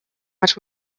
much